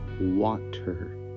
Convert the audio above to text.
water